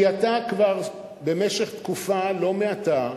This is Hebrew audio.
כי אתה כבר במשך תקופה לא מעטה,